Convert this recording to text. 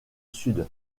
sud